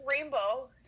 rainbow